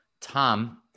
Tom